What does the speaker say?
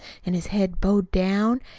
an' his head bowed down.